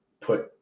put